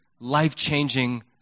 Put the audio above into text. life-changing